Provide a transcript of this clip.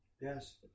Yes